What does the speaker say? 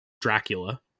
Dracula